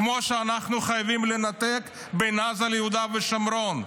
כמו שאנחנו חייבים לנתק בין עזה ליהודה ושומרון.